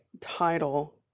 title